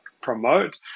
promote